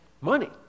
Money